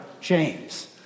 James